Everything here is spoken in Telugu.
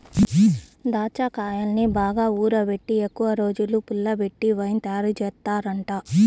దాచ్చాకాయల్ని బాగా ఊరబెట్టి ఎక్కువరోజులు పుల్లబెట్టి వైన్ తయారుజేత్తారంట